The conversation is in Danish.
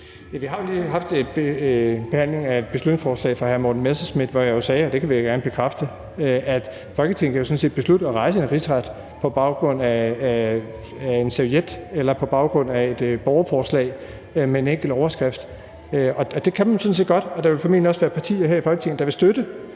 har jo lige haft behandlingen af et beslutningsforslag fra hr. Morten Messerschmidt, hvor jeg jo sagde – og det vil jeg da gerne bekræfte – at Folketinget jo sådan set kan beslutte at rejse en rigsretssag på baggrund af en serviet eller på baggrund af et borgerforslag med en enkelt overskrift, det kan man sådan set godt, og der vil formentlig også være partier her i Folketinget, der vil støtte.